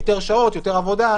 יותר עבודה,